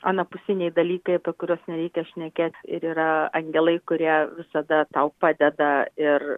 anapusiniai dalykai apie kuriuos nereikia šnekėt ir yra angelai kurie visada tau padeda ir